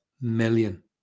million